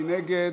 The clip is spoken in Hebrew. מי נגד?